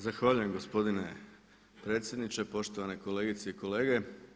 Zahvaljujem gospodine predsjedniče, poštovane kolegice i kolege.